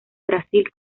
brasil